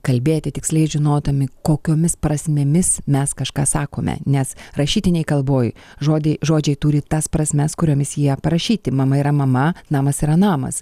kalbėti tiksliai žinodami kokiomis prasmėmis mes kažką sakome nes rašytinėj kalboj žodį žodžiai turi tas prasmes kuriomis jie parašyti mama yra mama namas yra namas